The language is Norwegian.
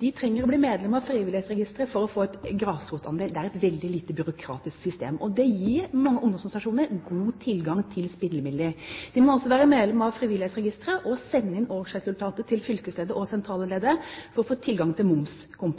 De trenger å bli medlem av Frivillighetsregisteret for å få en grasrotandel. Det er et veldig lite byråkratisk system, og det gir mange barne- og ungdomsorganisasjoner god tilgang til spillemidler. De må også være medlem av Frivillighetsregisteret og sende inn årsresultatet til fylkesleddet og sentralleddet for å få tilgang til